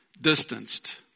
distanced